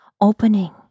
opening